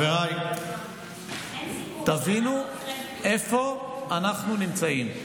חבריי, תבינו איפה אנחנו נמצאים.